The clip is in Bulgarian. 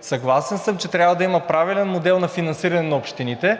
Съгласен съм, че трябва да има правилен модел на финансиране на общините,